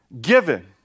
given